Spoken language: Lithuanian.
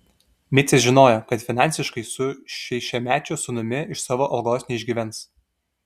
micė žinojo kad finansiškai su šešiamečiu sūnumi iš savo algos neišgyvens